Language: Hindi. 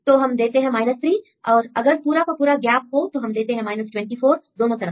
तो हम देते हैं 3 और अगर पूरा का पूरा गैप हो तो हम देते हैं 24 दोनों तरफ